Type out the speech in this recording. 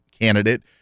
candidate